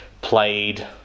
played